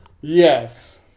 Yes